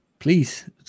Please